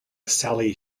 sally